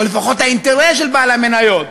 או לפחות האינטרס של בעלי המניות,